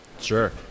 Sure